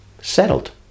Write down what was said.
settled